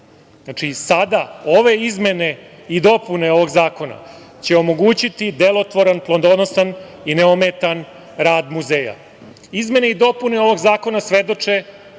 Znači, ove izmene i dopune ovog zakona će omogućiti delotvoran, plodonosan i neometan rad muzeja. Izmene i dopune ovog zakona svedoče,